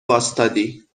واستادی